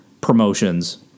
promotions